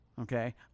Okay